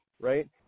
right